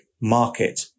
market